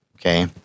okay